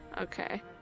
Okay